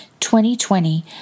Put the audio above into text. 2020